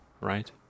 Right